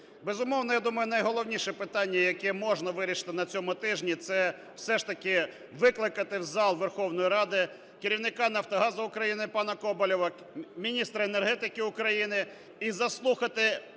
Безумовно, я думаю, найголовніше питання, яке можна вирішити на цьому тижні, - це все ж таки викликати в зал Верховної Ради керівника "Нафтогазу України" пана Коболєва, міністра енергетики України і заслухати